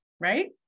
right